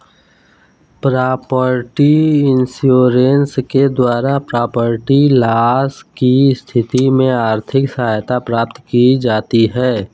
property insurance के द्वारा property loss की स्थिति में आर्थिक सहायता प्राप्त की जाती है